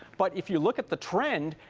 but if you look at the trend,